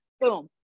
boom